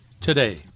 today